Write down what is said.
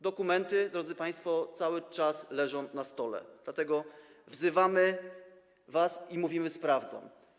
Dokumenty, drodzy państwo, cały czas leżą na stole, dlatego wzywamy was i mówimy: sprawdzam.